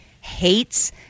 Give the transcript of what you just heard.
hates